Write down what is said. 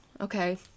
okay